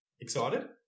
excited